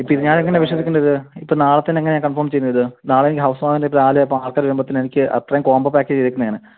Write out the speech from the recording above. ഇപ്പോൾ ഇത് ഞാൻ എങ്ങനെയാ വിശ്വസിക്കണ്ടേ ഇത് ഇപ്പോൾ നാളത്തതിന് എങ്ങനെയാ കൺഫോം ചെയ്യുന്നത് ഇത് നാളെ എനിക്ക് ഹൗസ് വാർമിങ്ങിൻ്റെ പാല് പാത്രം വരുമ്പത്തേനും എനിക്ക് അത്രയും കോംബോ പാക്കേജ് കിട്ടുന്നതാണ്